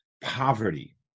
poverty